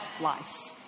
life